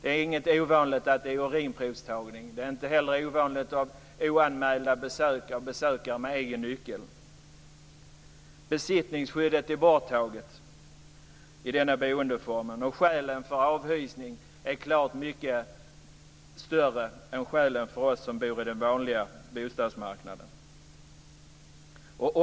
Det är inget ovanligt med urinprovstagning. Det är inte heller ovanligt med oanmälda besökare och besökare med egen nyckel. Besittningsskyddet är borttaget i denna boendeform. Skälen för avhysning är större än för oss som bor på den vanliga bostadsmarknaden.